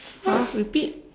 !huh! repeat